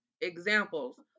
examples